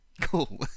cool